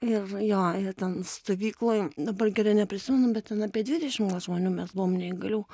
ir jo ir ten stovykloj dabar gerai neprisimenu bet ten apie dvidešim žmonių mes buvom neįgalių